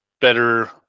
better